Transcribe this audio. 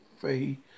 Free